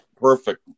perfect